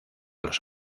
los